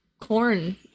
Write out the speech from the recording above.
corn